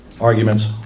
arguments